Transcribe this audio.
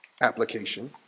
application